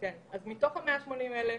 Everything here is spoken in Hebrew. והכל תחת ההכרזה של הממשלה שהמצב